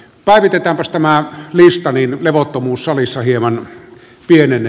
päivitetäänpäs tämä lista niin levottomuus salissa hieman pienenee